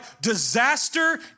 Disaster